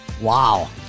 Wow